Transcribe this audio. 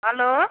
hello